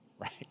right